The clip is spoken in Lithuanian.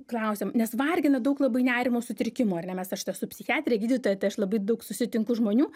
klausiam nes vargina daug labai nerimo sutrikimų ar ne aš esu psichiatrė gydytoja tai aš labai daug susitinku žmonių